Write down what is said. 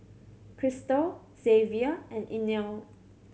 Kristal Xzavier and Inell